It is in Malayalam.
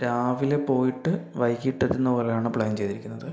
രാവിലെ പോയിട്ട് വൈകിട്ടെത്തുന്നത് പോലെയാണ് പ്ലാൻ ചെയ്തിരിക്കുന്നത്